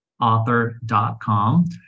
author.com